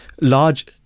large